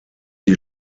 die